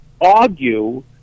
argue